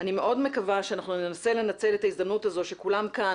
אני מאוד מקווה שאנחנו ננסה לנצל את ההזדמנות הזו שכולם כאן,